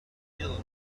ill